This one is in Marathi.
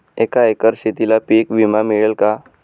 एका एकर शेतीला पीक विमा मिळेल का?